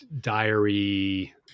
diary